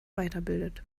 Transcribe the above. weiterbildet